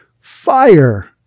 Fire